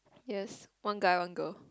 yes one guy one girl